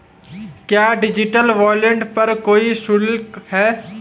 क्या digital wallet पर कोई शुल्क है?